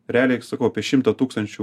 realiai sukaupia šimtą tūkstančių